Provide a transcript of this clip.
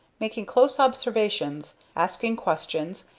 making close observations, asking questions,